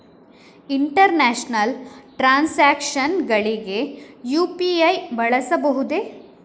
International transactions ಗಳಿಗೆ UPI ಬಳಸಬಹುದೇ?